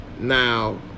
Now